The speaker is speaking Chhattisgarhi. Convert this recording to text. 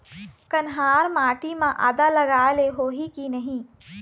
कन्हार माटी म आदा लगाए ले होही की नहीं?